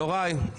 טוב יוראי,